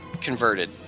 converted